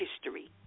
history